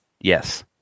Yes